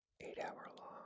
eight-hour-long